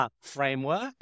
Framework